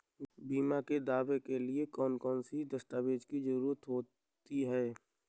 बीमा के दावे के लिए कौन कौन सी दस्तावेजों की जरूरत होती है?